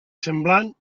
semblant